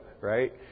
Right